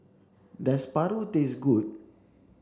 does Paru taste good